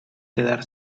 quedar